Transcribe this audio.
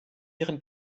ihren